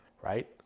right